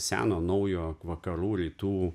seno naujo vakarų rytų